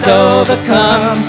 overcome